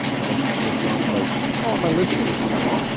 and the response was, oh, i'm a listening teacher.